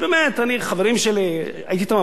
חברים שהייתי אתם המון שנים,